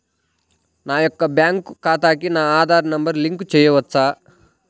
నా యొక్క బ్యాంక్ ఖాతాకి నా ఆధార్ నంబర్ లింక్ చేయవచ్చా?